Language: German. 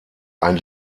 ein